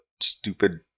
stupid